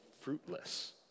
fruitless